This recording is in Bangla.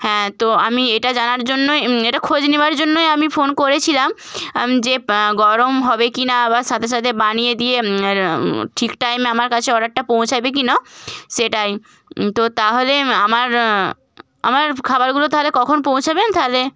হ্যাঁ তো আমি এটা জানার জন্যই এটা খোঁজ নেওয়ার জন্যই আমি ফোন করেছিলাম যে গরম হবে কি না বা সাথে সাথে বানিয়ে দিয়ে ঠিক টাইমে আমার কাছে অর্ডারটা পৌঁছাবে কি না সেটাই তো তাহলে আমার আমার খাবারগুলো তাহলে কখন পৌঁছাবেন তাহলে